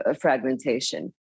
fragmentation